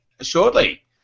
shortly